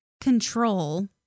control